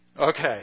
Okay